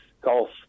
golf